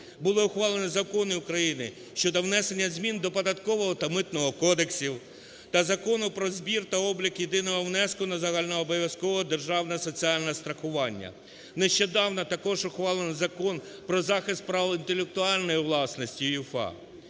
Були ухвалені закони України щодо внесення змін до Податкового та Митного кодексі та Закону "Про збір та облік єдиного внеску на загальнообов'язкове державне соціальне страхування". Нещодавно також ухвалено Закон про захист прав інтелектуальної власності УЄФА.